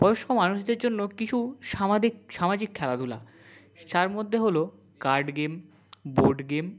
বয়স্ক মানুষদের জন্য কিছু সামাদিক সামাজিক খেলাধূলা যার মধ্যে হল কার্ড গেম বোর্ড গেম